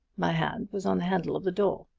my hand was on the handle of the door.